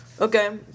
Okay